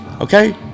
okay